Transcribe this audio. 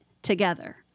Together